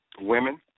women